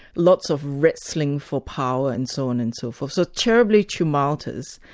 lots of wrestling for power and so on and so forth. so terribly tumultuous,